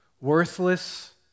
Worthless